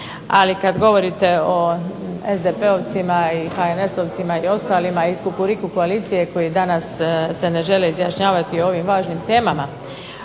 Ali kada govorite o SDP-ovcima i HNS-ovcima i ostalima iz Kukuriku koalicije koji se danas ne žele izjašnjavati o ovim važnim temama,